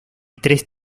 tres